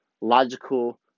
logical